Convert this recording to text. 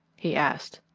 he asked.